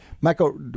Michael